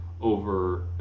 over